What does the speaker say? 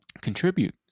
contribute